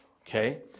okay